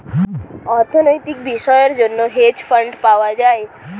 অর্থনৈতিক বিষয়ের জন্য হেজ ফান্ড পাওয়া যায়